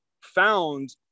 found